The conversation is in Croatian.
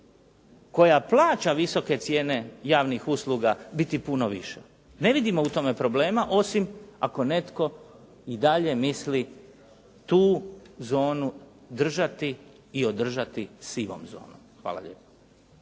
koja plaća visoke cijene javnih usluga biti puno viša. Ne vidimo u tome problema osim ako netko i dalje misli tu zonu držati i održati sivom zonom. Hvala lijepa.